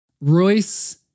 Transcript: Royce